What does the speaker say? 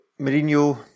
Mourinho